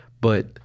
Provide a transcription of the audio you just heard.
But-